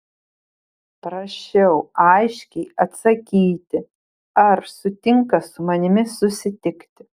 prašiau aiškiai atsakyti ar sutinka su manimi susitikti